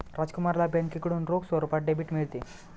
राजकुमारला बँकेकडून रोख स्वरूपात डेबिट मिळते